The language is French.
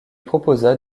proposa